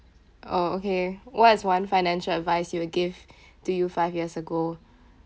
oh okay what is one financial advice you would give to you five years ago